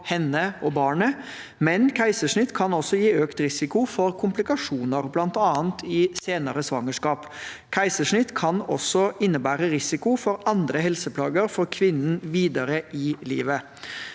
henne og barnet, men keisersnitt kan altså gi økt risiko for komplikasjoner, bl.a. i senere svangerskap. Keisersnitt kan også innebære risiko for andre helseplager for kvinnen videre i livet.